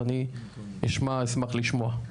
ואני אשמח לשמוע.